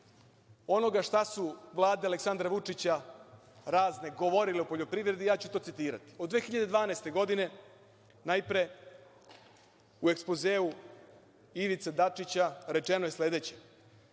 onoga šta su vlade Aleksandra Vučića razne govorile o poljoprivredi, ja ću to citirati. Od 2012. godine najpre u ekspozeu Ivice Dačića rečeno je sledeće